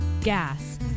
gas